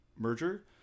merger